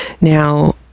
Now